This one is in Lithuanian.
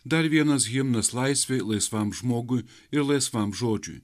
dar vienas himnas laisvei laisvam žmogui ir laisvam žodžiui